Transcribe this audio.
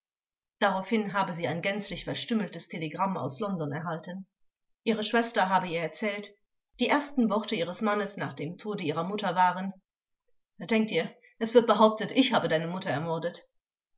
daraufhin habe sie ein gänzlich verstümmeltes telegramm aus london erhalten ihre schwester habe ihr erzählt die ersten worte ihres mannes nach dem tode ihrer mutter waren denke dir es wird behauptet ich habe deine mutter ermordet